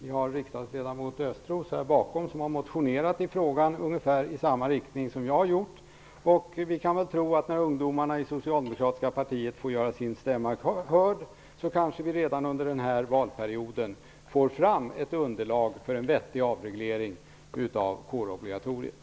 Vi har riksdagsledamoten Östros bakom mig som har väckt motioner i frågan i ungefär samma riktning som jag har gjort. Vi kan väl tro att när ungdomarna i socialdemokratiska partiet får göra sin stämma hörd kanske vi redan under denna valperiod kan få fram ett underlag för en vettig avreglering av kårobligatoriet.